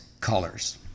colors